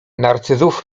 narcyzów